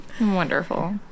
wonderful